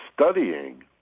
studying